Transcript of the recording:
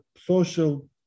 social